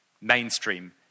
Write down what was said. mainstream